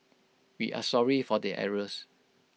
we are sorry for the errors